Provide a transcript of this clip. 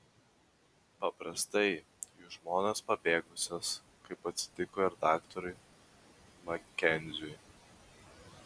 paprastai jų žmonos pabėgusios kaip atsitiko ir daktarui makenziui